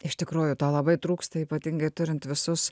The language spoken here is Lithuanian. iš tikrųjų to labai trūksta ypatingai turint visus